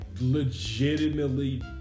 legitimately